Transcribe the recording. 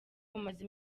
bumaze